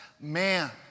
man